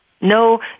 No